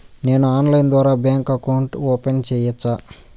నేను ఆన్లైన్ ద్వారా bank account open సేయొచ్చా?